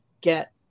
get